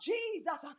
Jesus